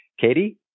Katie